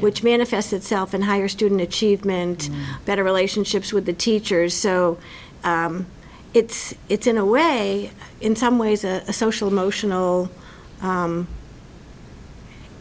which manifests itself in higher student achievement better relationships with the teachers so it's it's in a way in some ways a social emotional